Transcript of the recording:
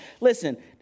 listen